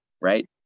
right